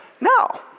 No